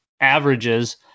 averages